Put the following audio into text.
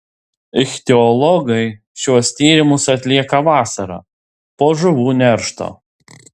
ichtiologai šiuos tyrimus atlieka vasarą po žuvų neršto